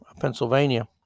Pennsylvania